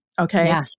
Okay